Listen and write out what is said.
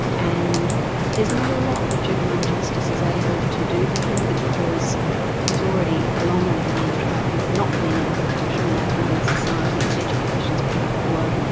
and there's not a lot that juvenile justice is able to do for him because he's already a long way down the track of not being able to function all that well in society, his education is pretty poor.